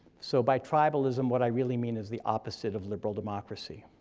so by tribalism what i really mean is the opposite of liberal democracy.